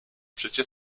przecie